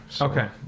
okay